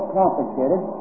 complicated